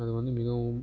அது வந்து மிகவும்